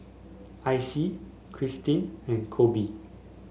Icy Kirstin and Kolby